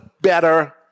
better